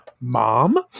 Mom